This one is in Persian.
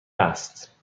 است